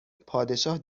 پادشاه